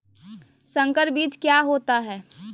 संकर बीज क्या होता है?